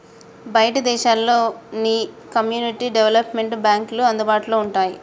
బయటి దేశాల్లో నీ ఈ కమ్యూనిటీ డెవలప్మెంట్ బాంక్లు అందుబాటులో వుంటాయి